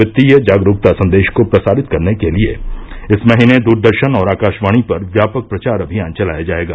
वित्तीय जागरूकता संदेश को प्रसारित करने के लिए इस महीने दूरदर्शन और आकाशवाणी पर व्यापक प्रचार अभियान चलाया जाएगा